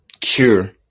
cure